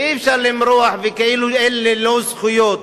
ואי-אפשר למרוח וכאילו אלה לא זכויות.